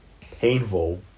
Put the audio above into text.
painful